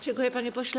Dziękuję, panie pośle.